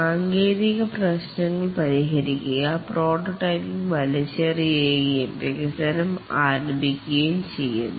സാങ്കേതിക പ്രശ്നങ്ങൾ പരിഹരിക്കുക പ്രോട്ടോടൈപ്പ് വലിച്ചെറിയുകയും വികസനം ആരംഭിക്കുകയും ചെയ്യുന്നു